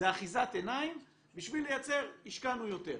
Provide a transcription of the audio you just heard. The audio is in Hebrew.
זו אחיזת עיניים בשביל לייצר, השקענו יותר.